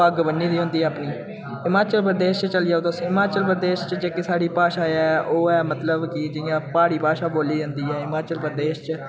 पग्ग बन्नी दी होंदी अपनी हिमाचल प्रदेश च चली जाओ तुस हिमाचल प्रदेश च जेह्की स्हाड़ी भाशा ऐ ओह् ऐ मतलब कि जियां प्हाड़ी भाशा बोली जन्दी ऐ हिमाचल प्रदेश च